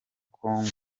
kongo